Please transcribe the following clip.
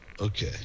Okay